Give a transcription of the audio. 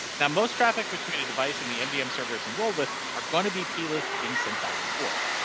now most traffic between a device in the mdm server. it's enrolled with are going to be p list being sent back and forth.